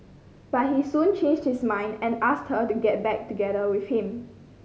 but he soon changed his mind and asked her to get back together with him